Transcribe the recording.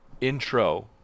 intro